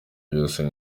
byose